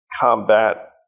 combat